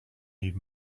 need